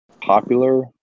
popular